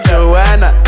Joanna